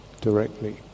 directly